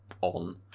on